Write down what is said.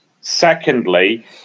Secondly